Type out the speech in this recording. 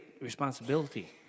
responsibility